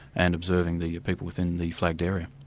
and observing the people within the flagged area.